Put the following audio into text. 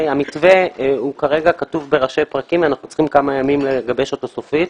המתווה כרגע כתוב בראשי פרקים ואנחנו צריכים כמה ימים לגבש אותו סופית.